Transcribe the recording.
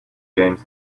games